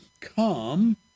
come